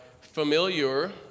familiar